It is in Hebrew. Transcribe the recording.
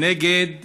נגד